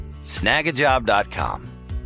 Snagajob.com